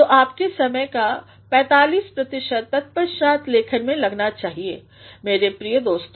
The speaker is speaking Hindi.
तो आपके समय का ४५ प्रतिशतततपश्चात लेखन में लगना चाहिए मेरे प्रिय दोस्तों